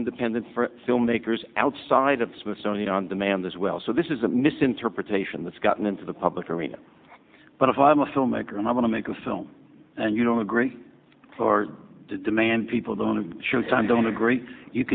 independent filmmakers out side of the smithsonian on demand as well so this is a misinterpretation that's gotten into the public arena but if i'm a filmmaker and i want to make a film and you don't agree or demand people don't showtime don't agree you